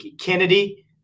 Kennedy